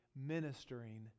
ministering